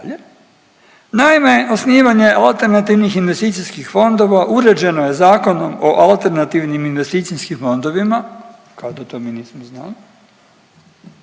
Naime osnivanje alternativnih investicijskih fondova uređeno je Zakonom o alternativnim investicijskim fondovima kao da to mi nismo znali,